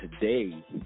today